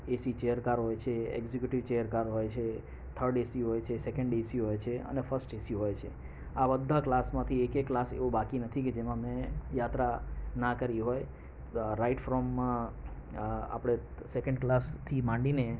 એસી chair car હોય છે executive chair car હોય છે થર્ડ એસી હોય છે સેકન્ડ એસી હોય છે અને ફર્સ્ટ એસી હોય છે આ બધા ક્લાસમાંથી એકે ક્લાસ એવો બાકી નથી કે જેમાં મે યાત્રા ના કરી હોય રાઇટ ફ્રોમ આપણે સેકન્ડ ક્લાસથી માંડીને